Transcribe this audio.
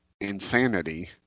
insanity